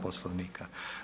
Poslovnika.